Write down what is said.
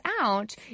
out